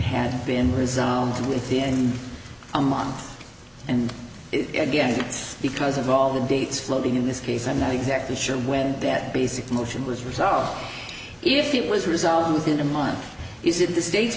had been resoundingly within a month and it again because of all the dates floating in this case i'm not exactly sure when that basic motion was resolved if it was result within a month is it the state